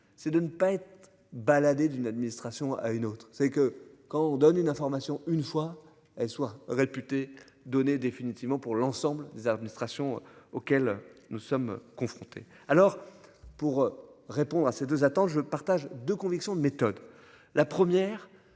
c'est de ne pas être baladé d'une administration à une autre. Vous savez que quand on donne une information, une fois elle soit réputé donner définitivement pour l'ensemble des administrations auxquelles nous sommes confrontés. Alors pour répondre à ces deux attends je partage de conviction de méthode. La première